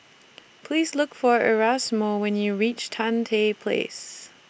Please Look For Erasmo when YOU REACH Tan Tye Place